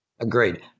Agreed